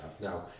Now